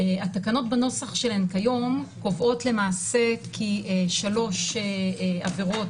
התקנות בנוסח שלהן כיום קובעות למעשה כי שלוש עבירות